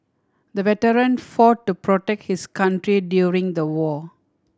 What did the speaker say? the veteran fought to protect his country during the war